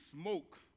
smoke